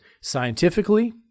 Scientifically